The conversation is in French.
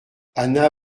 anna